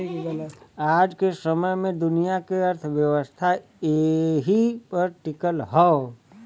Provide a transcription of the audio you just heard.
आज के समय मे दुनिया के अर्थव्यवस्था एही पर टीकल हौ